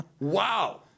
wow